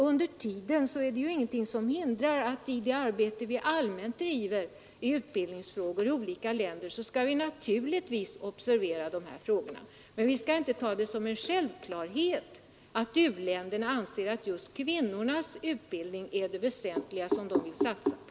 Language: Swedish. Under tiden är det ju ingenting som hindrar att vi i det arbete vi allmänt driver i utbildningsfrågor i olika länder skall observera de här frågorna. Men vi skall inte ta det som en självklarhet att u-länderna anser att just kvinnornas utbildning är det väsentliga som de vill satsa på.